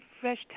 fresh